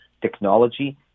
technology